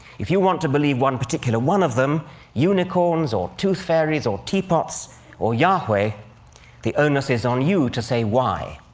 if you want to believe one particular one of them unicorns or tooth fairies or teapots or yahweh the onus is on you to say why.